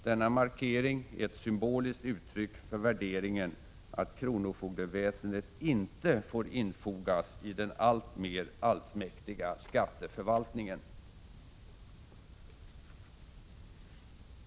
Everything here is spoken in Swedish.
Denna markering är ett symboliskt uttryck för värderingen att kronofogdeväsendet inte får infogas i den alltmer allsmäktiga skatteförvaltningen.